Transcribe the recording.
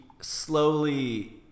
slowly